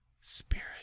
spirit